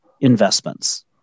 investments